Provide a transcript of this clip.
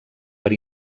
per